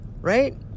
Right